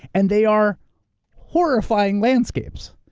and they are horrifying landscapes.